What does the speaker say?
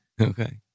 Okay